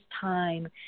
time